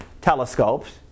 telescopes